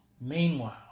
meanwhile